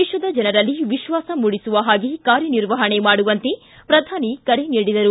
ದೇಶದ ಜನರಲ್ಲಿ ವಿಶ್ವಾಸ ಮೂಡಿಸುವ ಹಾಗೇ ಕಾರ್ಯನಿರ್ವಹಣೆ ಮಾಡುವಂತೆ ಪ್ರಧಾನಿ ಕರೆ ನೀಡಿದರು